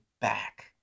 back